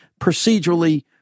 procedurally